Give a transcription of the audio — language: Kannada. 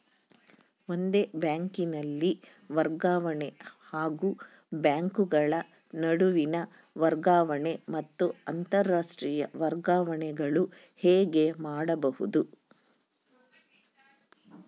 ಒಂದೇ ಬ್ಯಾಂಕಿನಲ್ಲಿ ವರ್ಗಾವಣೆ ಹಾಗೂ ಬ್ಯಾಂಕುಗಳ ನಡುವಿನ ವರ್ಗಾವಣೆ ಮತ್ತು ಅಂತರಾಷ್ಟೇಯ ವರ್ಗಾವಣೆಗಳು ಹೇಗೆ ಮಾಡುವುದು?